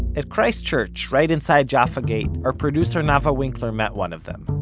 at christ church, right inside jaffa gate, our producer nava winkler met one of them.